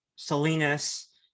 Salinas